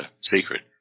secret